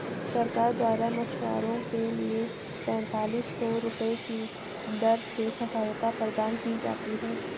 सरकार द्वारा मछुआरों के लिए पेंतालिस सौ रुपये की दर से सहायता प्रदान की जाती है